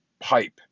pipe